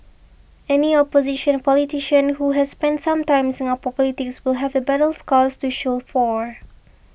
any opposition politician who has spent some time in Singapore politics will have the battle scars to show for